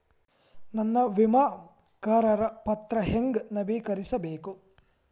ನನ್ನ ವಿಮಾ ಕರಾರ ಪತ್ರಾ ಹೆಂಗ್ ನವೇಕರಿಸಬೇಕು?